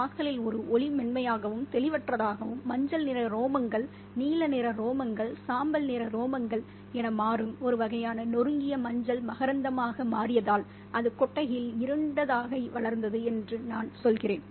வாசலில் ஒரு ஒளி மென்மையாகவும் தெளிவற்றதாகவும் மஞ்சள் நிற ரோமங்கள் நீல நிற ரோமங்கள் சாம்பல் நிற ரோமங்கள் என மாறும் ஒரு வகையான நொறுங்கிய மஞ்சள் மகரந்தமாக மாறியதால் அது கொட்டகையில் இருண்டதாக வளர்ந்தது என்று நான் சொல்கிறேன்